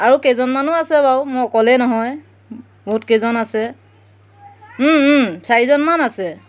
আৰু কেইজনমানো আছে বাৰু মই অক'লেই নহয় বহুত কেইজন আছে চাৰিজনমান আছে